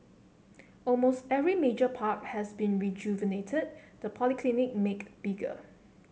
almost every major park has been rejuvenated the polyclinic made bigger